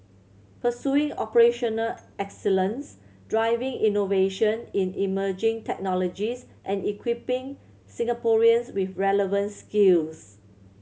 pursuing operational excellence driving innovation in emerging technologies and equipping Singaporeans with relevant skills